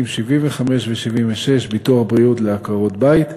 סעיפים 75 ו-76, ביטוח בריאות לעקרות בית,